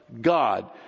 God